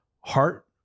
heart